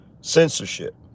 censorship